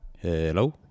Hello